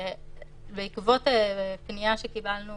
בעקבות פנייה שקיבלנו